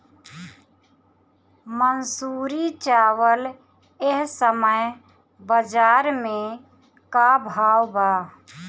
मंसूरी चावल एह समय बजार में का भाव बा?